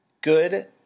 Good